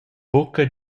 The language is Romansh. buca